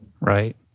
Right